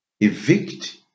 evict